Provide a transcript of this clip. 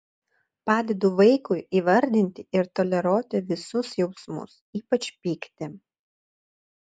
padedu vaikui įvardinti ir toleruoti visus jausmus ypač pyktį